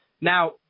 Now